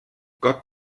got